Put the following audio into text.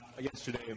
yesterday